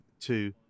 two